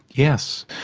yes.